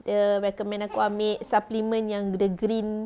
dia recommend aku ah ambil supplement yang the green